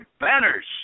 banners